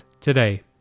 today